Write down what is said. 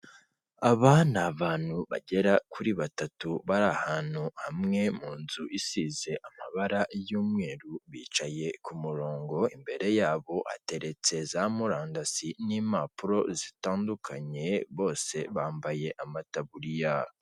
Aba ni abantu bagera kuri batatu bari ahantu hamwe mu nzu isize amabara y'umweru bicaye ku murongo, imbere yabo ateretse za murandasi n'impapuro zitandukanye bose bambaye amataburiya.